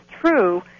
true